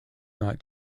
not